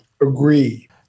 Agree